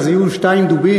אז יהיו שתיים דובים,